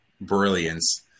brilliance